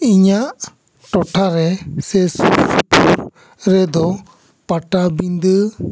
ᱤᱧᱟᱜ ᱴᱚᱴᱷᱟ ᱨᱮ ᱥᱮ ᱥᱩᱨ ᱥᱩᱯᱩᱨ ᱨᱮᱫᱚ ᱯᱟᱴᱟᱵᱤᱫᱟᱹ